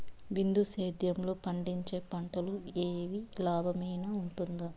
బిందు సేద్యము లో పండించే పంటలు ఏవి లాభమేనా వుంటుంది?